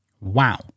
Wow